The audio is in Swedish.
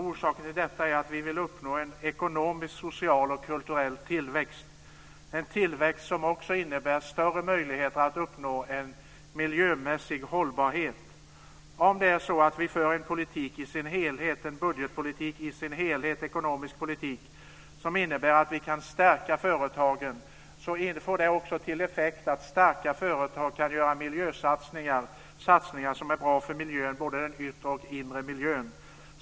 Orsaken till detta är att vi vill uppnå en ekonomisk, social och kulturell tillväxt, en tillväxt som också innebär större möjligheter att uppnå en miljömässig hållbarhet. Om vi för en ekonomisk politik i sin helhet som innebär att vi kan stärka företagen får det också till effekt att starka företag kan göra miljösatsningar, satsningar som är bra för både den yttre och den inre miljön.